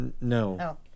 No